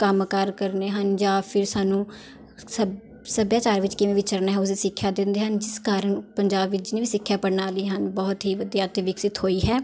ਕੰਮ ਕਾਰ ਕਰਨੇ ਹਨ ਜਾਂ ਫਿਰ ਸਾਨੂੰ ਸੱ ਸੱਭਿਆਚਾਰ ਵਿੱਚ ਕਿਵੇਂ ਵਿਚਰਨਾ ਹੈ ਉਸਦੀ ਸਿੱਖਿਆ ਦਿੰਦੇ ਹਨ ਜਿਸ ਕਾਰਨ ਪੰਜਾਬ ਵਿੱਚ ਜਿੰਨੇ ਵੀ ਸਿੱਖਿਆ ਪ੍ਰਣਾਲੀ ਹਨ ਬਹੁਤ ਹੀ ਵਧੀਆ ਅਤੇ ਵਿਕਸਿਤ ਹੋਈ ਹੈ